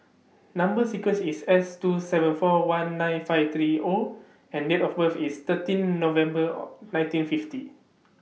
Number sequence IS S two seven four one nine five three O and Date of birth IS thirteen November nineteen fifty